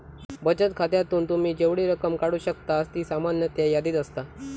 बचत खात्यातून तुम्ही जेवढी रक्कम काढू शकतास ती सामान्यतः यादीत असता